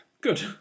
Good